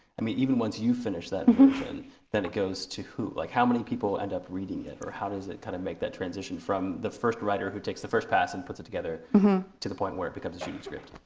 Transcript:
i mean even once you finish that version then it goes to who? like how many people end up reading it or how does it kind of make that transition from the first writer who takes the first pass and puts it together to the point where it becomes a shooting script?